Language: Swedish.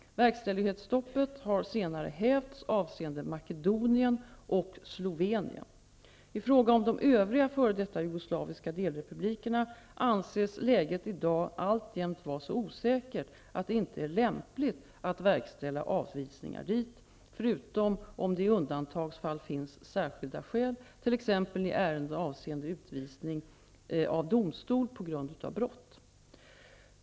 Verkställighetsstoppet har senare hävts avseende Makedonien och Slovenien. I fråga om de övriga f.d. jugoslaviska delrepublikerna anses läget i dag alltjämt vara så osäkert att det inte är lämpligt att verkställa avvisningar dit, förutom om det i undantagsfall finns särskilda skäl, t.ex. i ärenden avseende utvisning av domstol på grund av brott.